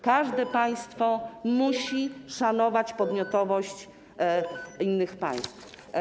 Każde państwo musi szanować podmiotowość innych państw.